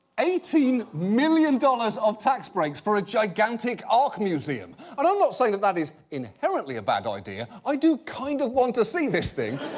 eighteen million dollars of tax breaks for a gigantic ark museum. and i'm not saying that is inherently a bad idea, i do kind of want to see this thing,